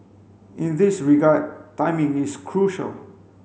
in this regard timing is crucial